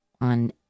on